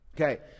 Okay